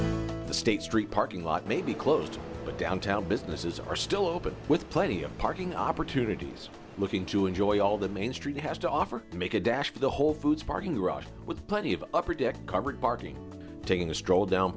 the state street parking lot may be closed but downtown businesses are still open with plenty of parking opportunities looking to enjoy all the main street has to offer to make a dash for the whole foods parking garage with plenty of upper deck covered parking taking a stroll down